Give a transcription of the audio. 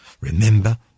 Remember